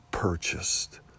purchased